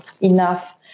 enough